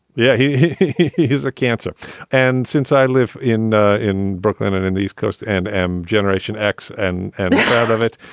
yeah, he is a cancer and since i live in ah in brooklyn and in these coasts and am generation x and and out of it,